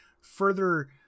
further